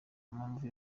mpamvu